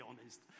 honest